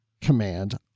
command